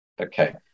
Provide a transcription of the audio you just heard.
Okay